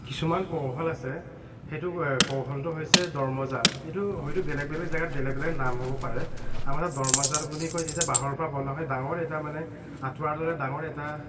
কিছুমান কৌশল আছে সেইটো কৌশলটো হৈছে দৰ্মজাল এইটো হয়তো বেলেগ বেলেগ জেগাত বেলেগ বেলেগ নাম হ'ব পাৰে আমাৰ তাত দৰ্মজাল বুলি কয় যিটো বাঁহৰ পৰা বনোৱা হয় ডাঙৰ এটা মানে আঁঠুৱাৰ দৰে ডাঙৰ এটা